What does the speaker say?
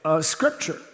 scripture